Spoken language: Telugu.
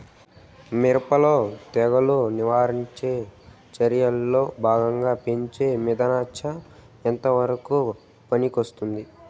మిరప లో తెగులు నివారణ చర్యల్లో భాగంగా పెంచే మిథలానచ ఎంతవరకు పనికొస్తుంది?